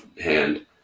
hand